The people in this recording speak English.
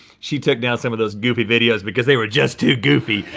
she took down some of those goofy videos because they were just too goofy.